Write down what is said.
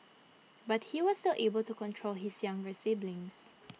but he was still able to control his younger siblings